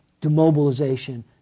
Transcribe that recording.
demobilization